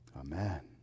Amen